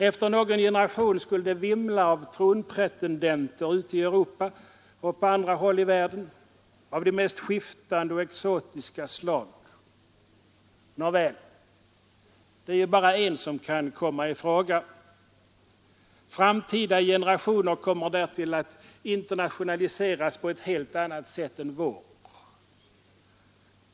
Efter någon generation skulle det vimla av tronpretendenter ute i Europa och på andra håll i världen av de mest skiftande och exotiska slag. Nåväl, det är ju bara en som kan komma i fråga. Framtida generationer kommer därtill att internationaliseras på ett helt annat sätt än vår.